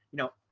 know,